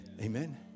Amen